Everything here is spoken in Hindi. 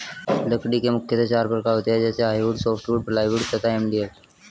लकड़ी के मुख्यतः चार प्रकार होते हैं जैसे हार्डवुड, सॉफ्टवुड, प्लाईवुड तथा एम.डी.एफ